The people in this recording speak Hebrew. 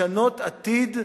לשנות עתיד,